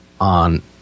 on